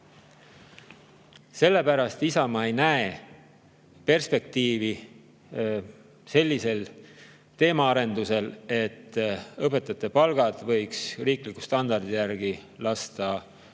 Sellepärast Isamaa ei näe perspektiivi sellisel teemaarendusel, et õpetajate palgad võiks riikliku standardi järgi igal